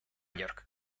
york